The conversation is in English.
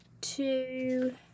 two